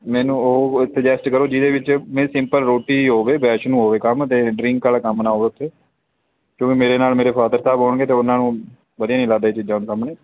ਮੈਨੂੰ ਉਹ ਸਜੈਸਟ ਕਰੋ ਜਿਹਦੇ ਵਿੱਚ ਮੇਨ ਸਿੰਪਲ ਰੋਟੀ ਹੋਵੇ ਵੈਸ਼ਨੂੰ ਹੋਵੇ ਕੰਮ ਅਤੇ ਡਰਿੰਕ ਵਾਲਾ ਕੰਮ ਨਾ ਹੋਵੇ ਉੱਥੇ ਕਿਉਂਕਿ ਮੇਰੇ ਨਾਲ ਮੇਰੇ ਫਾਦਰ ਸਾਹਿਬ ਹੋਣਗੇ ਅਤੇ ਉਹਨਾਂ ਨੂੰ ਵਧੀਆ ਨਹੀਂ ਲੱਗਦੇ ਇਹ ਚੀਜ਼ਾਂ ਸਾਹਮਣੇ